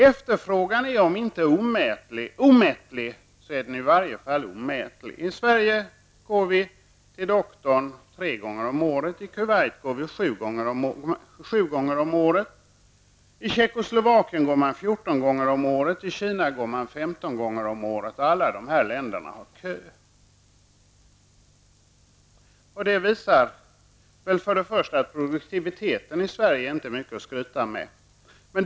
Efterfrågan är om inte omättlig så åtminstone omätlig. Vi går till doktorn tre gånger om året i Sverige. I Kuwait går man sju gånger om året, i Tjeckoslovakien 14 gånger om året och i Kina 15 gånger om året. Alla dessa länder har köer. Detta visar väl att produktiviteten i Sverige inte är mycket att skryta över.